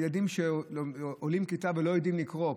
ילדים עולים כיתה ולא יודעים לקרוא,